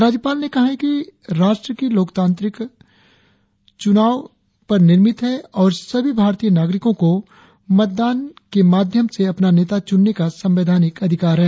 राज्यपाल ने कहा है कि राष्ट्र की लोकतांत्रिक चुनाव पर निर्मित है और सभी भारतीय नागरिकों को मतदान की माध्यम से अपना नेता चुनने का संवैधानिक अधिकार हैं